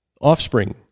offspring